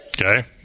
Okay